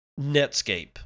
Netscape